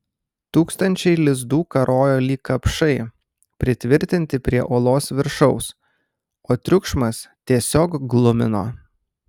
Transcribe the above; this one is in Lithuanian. tūkstančiai lizdų karojo lyg kapšai pritvirtinti prie olos viršaus o triukšmas tiesiog glumino